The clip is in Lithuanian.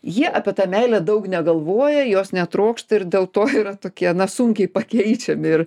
jie apie tą meilę daug negalvoja jos netrokšta ir dėl to yra tokie sunkiai pakeičiami ir